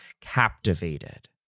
captivated